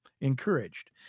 encouraged